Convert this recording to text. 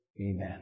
Amen